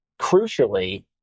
crucially